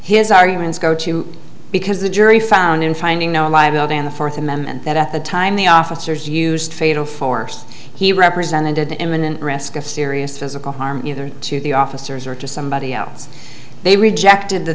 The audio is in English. his arguments go to because the jury found in finding no liability in the fourth amendment that at the time the officers used fatal for he represented imminent risk of serious physical harm to the officers or to somebody else they rejected the